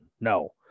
No